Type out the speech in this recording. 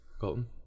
Colton